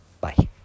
bye